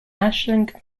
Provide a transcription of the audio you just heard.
ashland